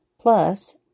Plus